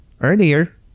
Earlier